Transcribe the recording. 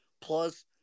Plus